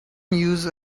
use